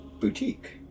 boutique